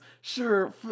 sure